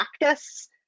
practice